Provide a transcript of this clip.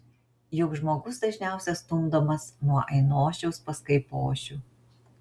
juk žmogus dažniausiai stumdomas nuo ainošiaus pas kaipošių